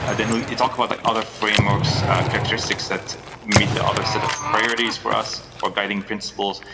ah then you talk about like other frameworks characteristics that meet the other set of priorities for us, or guiding principles.